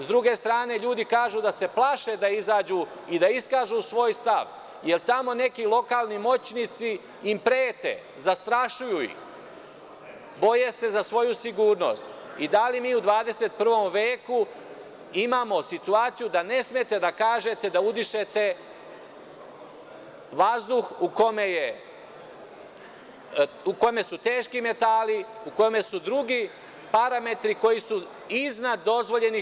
Sa druge strane, ljudi kažu da se plaše da izađu i da iskažu svoj stav, jer tamo neki lokalni moćnici im prete, zastrašuju ih, boje se za svoju sigurnost i da li mi u 21. veku imamo situaciju da ne smete da kažete da udišete vazduh u kome su teški metali, u kome su drugi parametri iznad dozvoljenih.